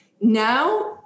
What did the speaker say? now